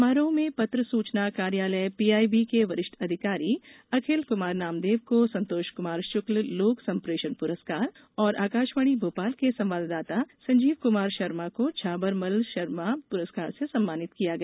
समारोह में पत्र सूचना कार्यालय पीआईबी के वरिष्ठ अधिकारी अखिल कुमार नामदेव को संतोष कुमार शुक्ल लोक संप्रेषण पुरस्कार और आकाशवाणी भोपाल के संवाददाता संजीव कुमार शर्मा को झाबरमल्ल शर्मा पुरस्कार से सम्मानित किया गया